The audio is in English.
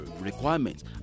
Requirements